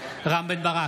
רם בן ברק,